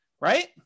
right